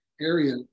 area